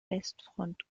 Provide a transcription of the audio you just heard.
westfront